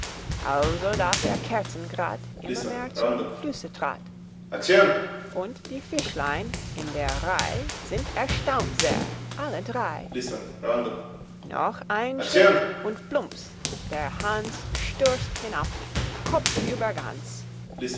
also daß er kerzengrad immer mehr zum flusse trat und die fischlein in der reih sind erstaunt sehr alle drei noch ein schritt und plumps der hanns stürzt hinab kopfüber